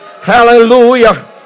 Hallelujah